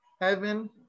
Heaven